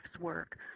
work